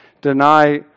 deny